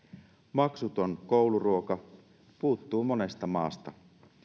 maksuton kouluruoka puuttuu monesta maasta